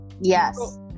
Yes